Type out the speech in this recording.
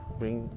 bring